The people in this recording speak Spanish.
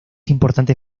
importante